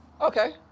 okay